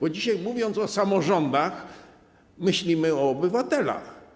Bo dzisiaj, mówiąc o samorządach, myślimy o obywatelach.